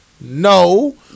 No